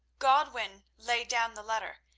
godwin laid down the letter,